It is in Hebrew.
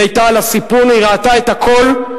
היא היתה על הסיפון, היא ראתה את הכול.